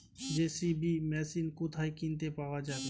JCB machine কোথায় কিনতে পাওয়া যাবে?